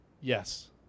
Yes